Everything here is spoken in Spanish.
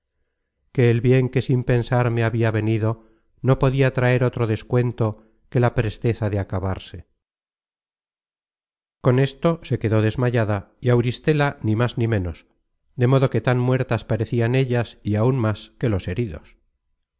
que el bien que sin pensar me habia venido no podia traer otro descuento que la presteza de acabarse con esto se quedó desmayada y auristela ni más ni ménos de modo que tan muertas parecian ellas y áun más que los heridos